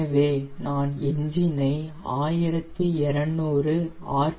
எனவே நான் என்ஜினை 1200 ஆர்